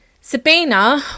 Sabina